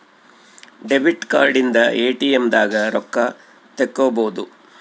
debit card ಇಂದ ATM ದಾಗ ರೊಕ್ಕ ತೆಕ್ಕೊಬೋದು